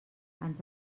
ens